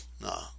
no